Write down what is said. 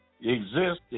existed